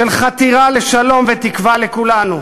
של חתירה לשלום ותקווה לכולנו,